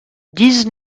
dix